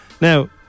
now